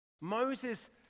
Moses